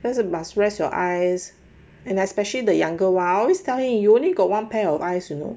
就是 must rest your eyes and especially the younger ones always telling him you only got one pair of eyes you know